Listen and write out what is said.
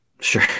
Sure